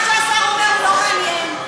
מה שהשר אומר, הוא לא מעניין.